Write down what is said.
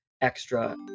extra